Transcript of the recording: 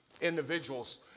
individuals